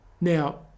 Now